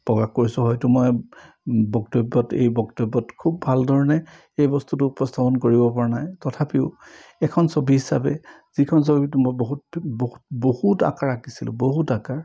প্ৰকাশ কৰিছোঁ হয়টো মই বক্তব্যত এই বক্তব্যত খুব ভাল ধৰণে এই বস্তুটো উপস্থাপন কৰিব পৰা নাই তথাপিও এখন ছবি হিচাপে যিখন ছবিত মই বহুত বহু বহুত আকাৰ আঁকিছিলোঁ বহুত আকাৰ